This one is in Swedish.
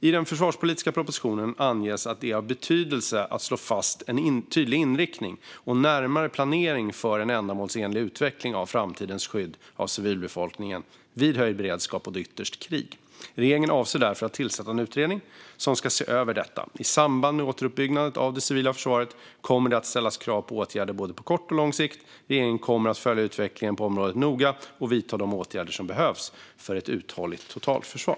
I den försvarspolitiska propositionen anges att det är av betydelse att slå fast en tydlig inriktning och närmare planering för en ändamålsenlig utveckling av framtidens skydd av civilbefolkningen vid höjd beredskap och då ytterst krig. Regeringen avser därför att tillsätta en utredning som ska se över detta. I samband med återuppbyggnaden av det civila försvaret kommer det att ställas krav på åtgärder både på kort och på lång sikt. Regeringen kommer att noga följa utvecklingen på området och vidta de åtgärder som behövs för ett uthålligt totalförsvar.